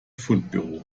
fundbüro